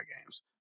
games